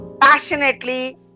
passionately